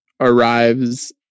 arrives